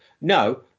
No